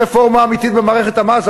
יש רפורמה אמיתית במערכת המס.